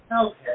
Okay